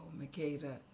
Makeda